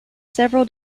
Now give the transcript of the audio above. several